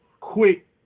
quick